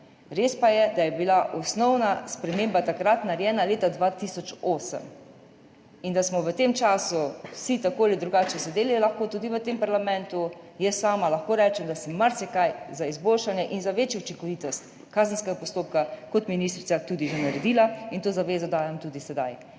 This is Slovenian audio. Res pa je, da je bila osnovna sprememba takrat narejena leta 2008 in da smo v tem času vsi tako ali drugače sedeli, lahko tudi v tem parlamentu. Jaz sama lahko rečem, da sem marsikaj za izboljšanje in za večjo učinkovitost kazenskega postopka kot ministrica tudi že naredila, in to zavezo dajem tudi sedaj.